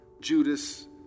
Judas